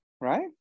right